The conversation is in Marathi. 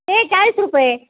ते चाळीस रुपये